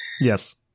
Yes